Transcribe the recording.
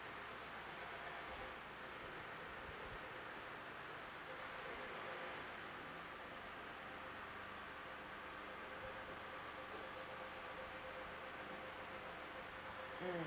mm